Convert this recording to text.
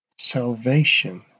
Salvation